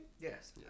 Yes